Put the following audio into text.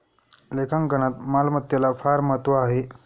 लेखांकनात मालमत्तेला फार महत्त्व आहे